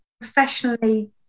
professionally